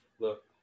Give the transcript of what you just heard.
look